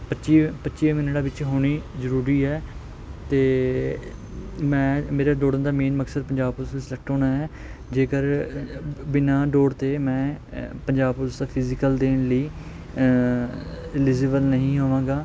ਪੱਚੀ ਪੱਚੀਆ ਮਿੰਟਾਂ ਵਿੱਚ ਹੋਣੀ ਜ਼ਰੂਰੀ ਹੈ ਅਤੇ ਮੈਂ ਮੇਰੇ ਦੌੜਨ ਦਾ ਮੇਨ ਮਕਸਦ ਪੰਜਾਬ ਪੁਲਿਸ 'ਚ ਸਿਲੈਕਟ ਹੋਣਾ ਹੈ ਜੇਕਰ ਬਿਨਾਂ ਦੌੜ ਤੇ ਮੈਂ ਪੰਜਾਬ ਪੁਲਿਸ ਦਾ ਫਿਜੀਕਲ ਦੇਣ ਲਈ ਇਲੀਜਬਲ ਨਹੀਂ ਹੋਵਾਂਗਾ